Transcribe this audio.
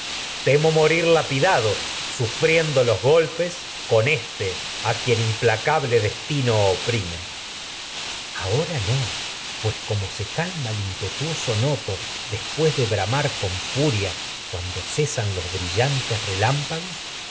temo morir lapidado sufriendo los golpes con éste a quien implacable destino oprime áyax como se tecmesa tuoso ahora no pues calma el impe cesan noto después de bi amar con furia cuando él vuelto sus los brillantes relámpagos